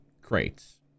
crates